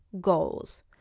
goals